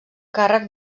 càrrec